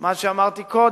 מה שאמרתי קודם: